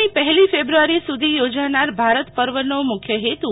આગામી પહેલી ફેબ્રુઆરી સુધી યોજાનાર ભારત પર્વનો મુખ્ય હેતુ